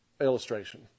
illustration